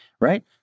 right